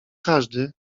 każdy